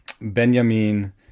Benjamin